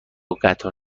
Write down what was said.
قطار